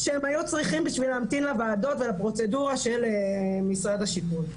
שהן היו צריכות בשביל להמתין לוועדות ולפרוצדורה של משרד השיכון.